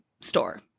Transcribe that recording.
store